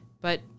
But-